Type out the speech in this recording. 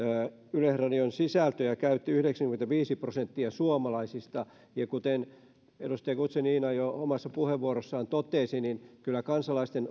yleisradion sisältöjä käytti yhdeksänkymmentäviisi prosenttia suomalaisista ja kuten edustaja guzenina jo omassa puheenvuorossaan totesi niin kyllä kansalaisten